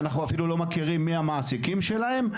ואנחנו אפילו לא מכירים מי המעסיקים שלהם,